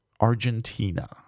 Argentina